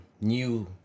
new